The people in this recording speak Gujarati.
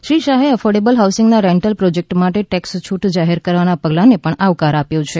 શ્રી શાહે એફોર્ડેબલ હાઉસિંગના રેન્ટલ પ્રોજેક્ટ માટે ટેક્ષ છૂટ જાહેર કરવાના પગલાંને પણ આવકાર આપ્યો છે